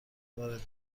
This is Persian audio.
وارد